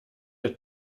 der